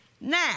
Now